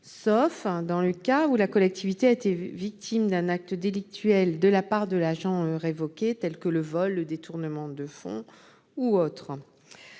sauf dans le cas où la collectivité a été victime d'un acte délictuel de la part de l'agent révoqué : vol, détournement de fonds ...